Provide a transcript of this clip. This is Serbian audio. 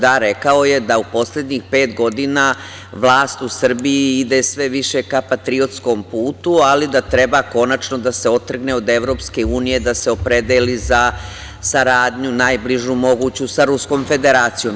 Da, rekao je da u poslednjih pet godina vlast u Srbiji ide sve više ka patriotskom putu, ali da treba konačno da se otrgne od EU, da se opredeli za saradnju najbližu moguću sa Ruskom Federacijom.